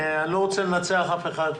אני לא רוצה לנצח אף אחד.